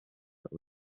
osee